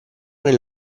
nel